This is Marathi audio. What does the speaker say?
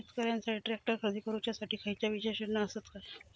शेतकऱ्यांकसाठी ट्रॅक्टर खरेदी करुच्या साठी खयच्या विशेष योजना असात काय?